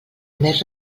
més